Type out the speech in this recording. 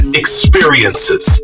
experiences